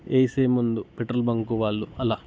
వేసే ముందు petrol bunk వాళ్లు అలా